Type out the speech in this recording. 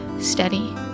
steady